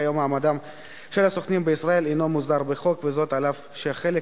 כי הם החריגו את בנק ישראל ואת שוק ההון מהחוק,